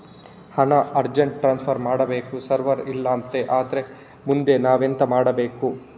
ಹಣ urgent transfer ಮಾಡ್ವಾಗ server ಇಲ್ಲಾಂತ ಆದ್ರೆ ಮುಂದೆ ನಾವೆಂತ ಮಾಡ್ಬೇಕು?